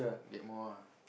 get more ah